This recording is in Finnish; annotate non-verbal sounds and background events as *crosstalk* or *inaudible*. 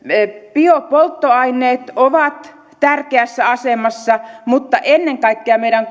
biopolttoaineet ovat tärkeässä asemassa mutta ennen kaikkea meidän *unintelligible*